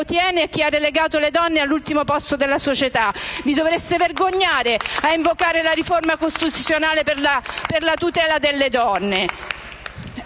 detiene e ha delegato le donne all'ultimo posto. Vi dovreste vergognare a invocare la riforma costituzionale per la tutela delle donne!